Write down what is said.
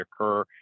occur